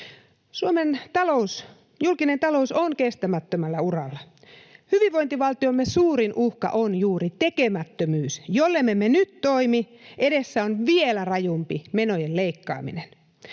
talous, julkinen talous, on kestämättömällä uralla. Hyvinvointivaltiomme suurin uhka on juuri tekemättömyys. Jollemme me nyt toimi, edessä on vielä rajumpi menojen leikkaaminen.